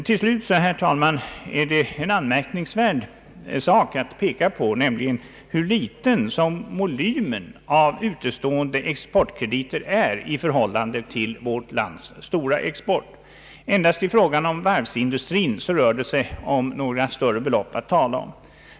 Till slut, herr talman, är det anmärkningsvärt hur liten volymen av utestående exportkrediter är i förhållande till vårt lands stora export. Endast i fråga om varvsindustrin rör det sig om några större belopp.